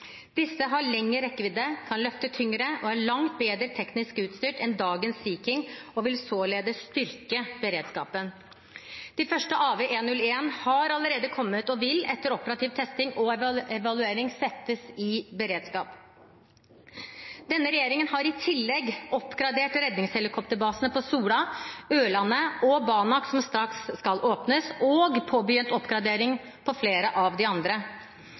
Disse har lengre rekkevidde, kan løfte tyngre og er langt bedre teknisk utstyrt enn dagens Sea King – og vil således styrke beredskapen. De første AW101 har allerede kommet og vil, etter operativ testing og evaluering, settes i beredskap. Denne regjeringen har i tillegg oppgradert redningshelikopterbasene på Sola, Ørlandet og Banak – som straks skal åpnes – og påbegynt oppgradering av flere av de andre.